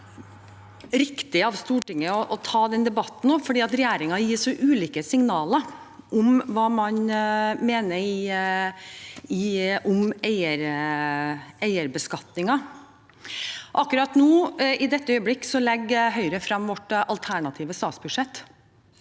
riktig av Stortinget å ta den debatten nå, for regjeringen gir så ulike signaler om hva man mener om eierbeskatningen. Akkurat nå, i dette øyeblikk, legger vi i Høyre fram vårt alternative statsbudsjett.